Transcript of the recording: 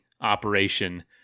operation